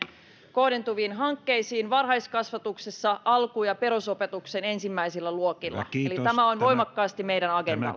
kohdentuviin hankkeisiin varhaiskasvatuksessa alku ja perusopetuksen ensimmäisillä luokilla eli tämä on voimakkaasti meidän agendalla